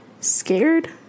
scared